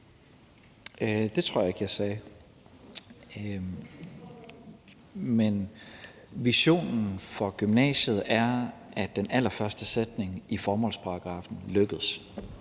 Det tror jeg ikke jeg sagde. Men visionen for gymnasiet er, at den allerførste sætning i formålsparagraffen lykkes;